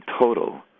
total